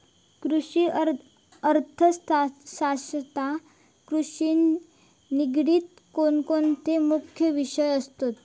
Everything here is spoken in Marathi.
कृषि अर्थशास्त्रात कृषिशी निगडीत कोणकोणते मुख्य विषय असत?